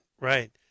right